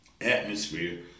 atmosphere